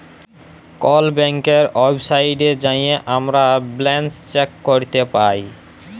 call ব্যাংকের ওয়েবসাইটে যাঁয়ে আমরা ব্যাল্যান্স চ্যাক ক্যরতে পায়